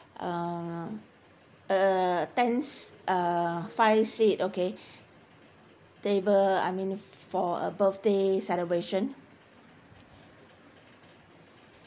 um uh tens uh five seat okay table I mean for a birthday celebration